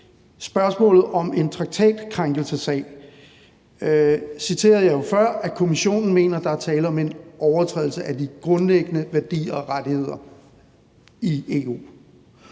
spørgsmålet om en traktatkrænkelsessag citerede jeg jo før Kommissionen for at mene, at der er tale om en overtrædelse af de grundlæggende værdier og rettigheder i EU.